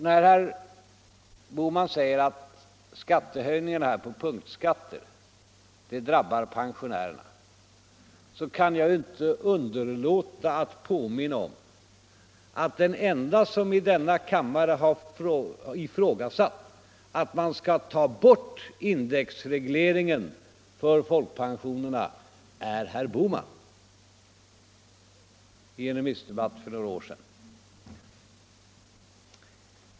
När herr Bohman säger att skattehöjningarna på punktskatter drabbar pensionärerna kan jag inte underlåta att påminna om att den enda som i denna kammare ifrågasatt att man skall ta bort indexregleringen för folkpensionerna är herr Bohman. Det skedde i en remissdebatt för några år sedan.